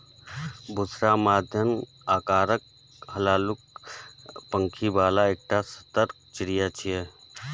बुशरा मध्यम आकारक, हल्लुक पांखि बला एकटा सतर्क चिड़ै छियै